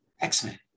X-Men